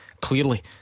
clearly